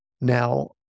Now